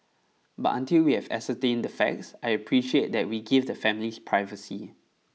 but until we have ascertained the facts I appreciate that we give the families privacy